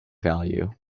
value